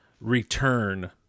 return